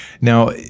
Now